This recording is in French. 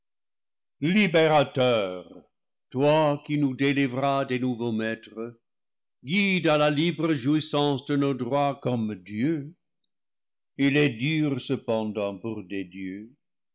ainsi libérateur toi qui nous délivras des nouveaux maîtres guide à la libre jouissance de nos droits comme dieux il est dur cependant pour des dieux